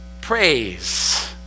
praise